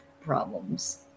problems